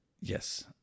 Yes